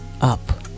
up